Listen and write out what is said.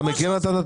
אתה מכיר את הנתון?